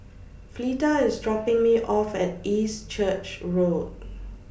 Fleeta IS dropping Me off At East Church Road